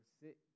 sit